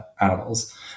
animals